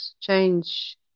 change